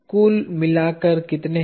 कुल मिला कर कितने है